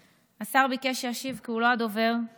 הרבה דברים היא צריכה לעשות, הממשלה.